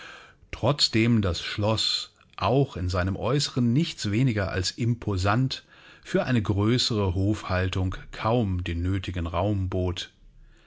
trotzdem das schloß auch in seinem aeußeren nichts weniger als imposant für eine größere hofhaltung kaum den nötigen raum bot